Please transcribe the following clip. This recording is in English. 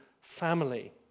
family